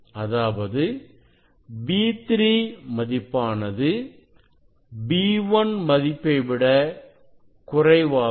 அதாவது v3 மதிப்பானது v1 மதிப்பைவிட குறைவாகும்